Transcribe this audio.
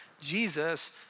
Jesus